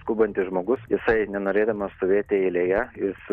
skubantis žmogus jisai nenorėdamas stovėti eilėje jis